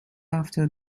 after